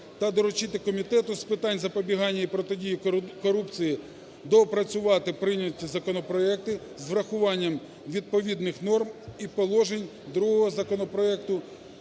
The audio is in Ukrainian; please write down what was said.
та доручити Комітету з питань запобігання і протидії корупції доопрацювати прийняті законопроекти з врахуванням відповідних норм і положень другого законопроекту,